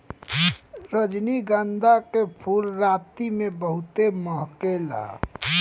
रजनीगंधा के फूल राती में बहुते महके ला